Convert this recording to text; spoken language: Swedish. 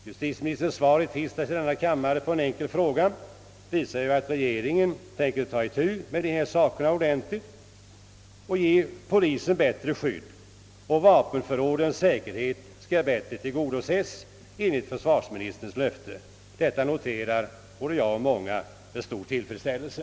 Justitieministerns svar i tisdags i denna kammare på en enkel fråga visar dock att regeringen tänker ta itu med dessa saker ordentligt och ge polisen ett bättre skydd, och vapenförrådens säkerhet skall bättre tillgodoses enligt försvarsministerns löfte. Detta noterar både jag och många andra med tillfredsställelse.